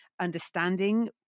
understanding